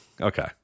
okay